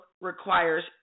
requires